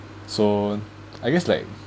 so I guess like